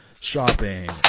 shopping